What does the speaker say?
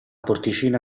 porticina